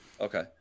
Okay